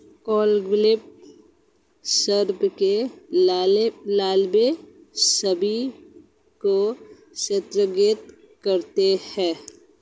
codling शलभ के लार्वे सेब को क्षतिग्रस्त करते है